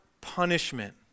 punishment